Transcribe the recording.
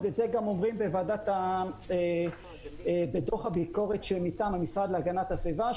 את זה גם אומרים בדוח הביקורת שניתן למשרד להגנת הסביבה,